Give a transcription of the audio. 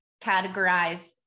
categorize